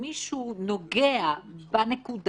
במצבים